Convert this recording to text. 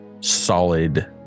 solid